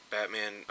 Batman